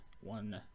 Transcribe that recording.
one